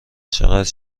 چقدر